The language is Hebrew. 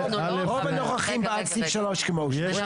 רוב הנוכחים בעד סעיף 3. אני רוצה שתהיה הצבעה.